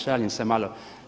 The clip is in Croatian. Šalim se malo.